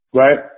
right